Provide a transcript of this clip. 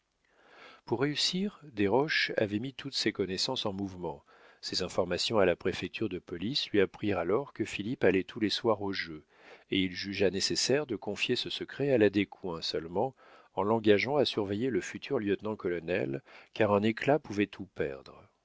pour réussir desroches avait mis toutes ses connaissances en mouvement ses informations à la préfecture de police lui apprirent alors que philippe allait tous les soirs au jeu et il jugea nécessaire de confier ce secret à la descoings seulement en l'engageant à surveiller le futur lieutenant-colonel car un éclat pouvait tout perdre